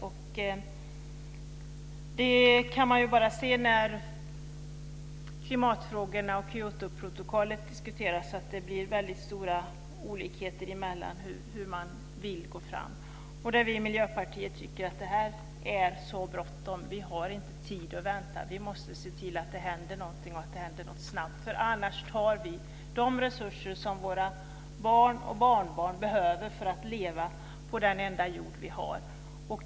Vi kan se när klimatfrågorna och Kyotoprotokollet diskuteras att det blir väldigt stora olikheter i hur man vill gå fram. Vi i Miljöpartiet tycker att vi har bråttom, vi har inte tid att vänta, vi måste se till att det händer någonting snabbt. Annars tar vi de resurser som våra barn och barnbarn behöver för att leva på den enda jord vi har.